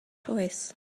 choice